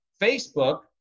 Facebook